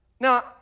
Now